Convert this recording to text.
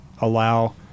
allow